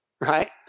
right